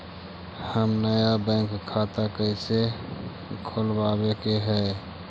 हम नया बैंक खाता कैसे खोलबाबे के है?